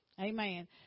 amen